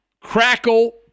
crackle